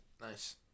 Nice